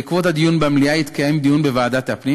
בעקבות הדיון במליאה התקיים דיון בוועדת הפנים,